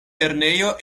lernejo